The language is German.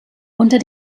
unter